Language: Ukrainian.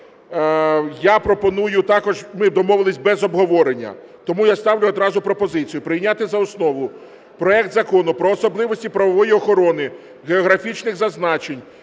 Я пропоную також, ми домовилися без обговорення. Тому я ставлю одразу пропозицію прийняти за основу проект Закону про особливості правової охорони географічних зазначень